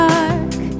dark